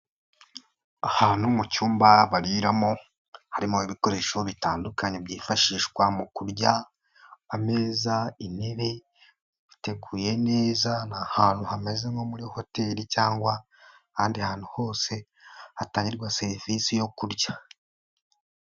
Ahantu mu cyumba bariramo harimo ibikoresho bitandukanye byifashishwa mu kurya, ameza intebe biteguye neza, ni ahantu hameze nko muri hoteli cyangwa ahandi hantu hose hatangirwa serivisi yo kurya.